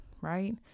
Right